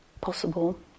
possible